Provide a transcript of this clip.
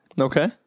Okay